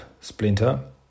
Splinter